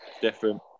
different